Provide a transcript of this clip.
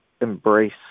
embrace